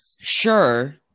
Sure